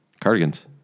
cardigans